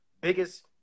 biggest